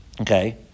Okay